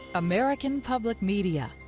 american public media.